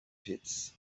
pits